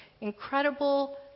incredible